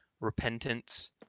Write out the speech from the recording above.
repentance